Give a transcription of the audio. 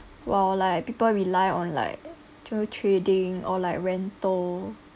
while like people rely on like trading or like rental